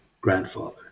grandfather